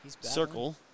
circle